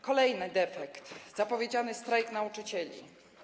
Kolejny defekt - zapowiedziany strajk nauczycieli.